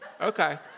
Okay